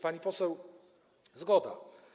Pani poseł, zgoda.